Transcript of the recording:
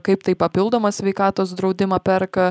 kaip tai papildomą sveikatos draudimą perka